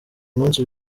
munsi